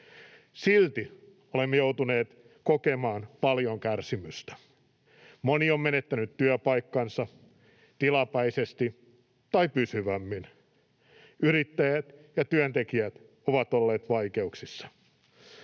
Silti olemme joutuneet kokemaan paljon kärsimystä. Moni on menettänyt työpaikkansa, tilapäisesti tai pysyvämmin. Yrittäjät ja työntekijät ovat olleet vaikeuksissa.